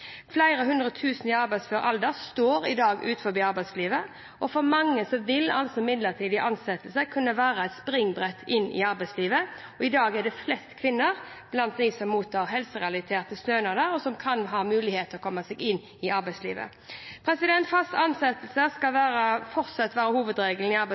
Flere hundre tusen i arbeidsfør alder står i dag utenfor arbeidslivet, og for mange vil midlertidige ansettelser kunne være et springbrett inn i arbeidslivet. I dag er det flest kvinner blant dem som mottar helserelaterte stønader, og de kan ha mulighet til å komme seg inn i arbeidslivet. Faste ansettelser skal fortsatt være hovedregelen i